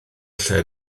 lle